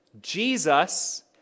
Jesus